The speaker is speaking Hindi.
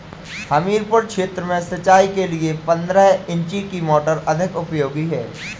हमीरपुर क्षेत्र में सिंचाई के लिए पंद्रह इंची की मोटर अधिक उपयोगी है?